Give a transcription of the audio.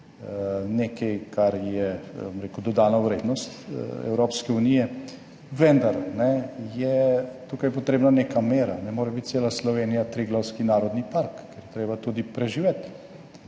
rekel, dodana vrednost Evropske unije. Vendar je tukaj potrebna neka mera. Ne more biti cela Slovenija, Triglavski narodni park, ker je treba tudi preživeti.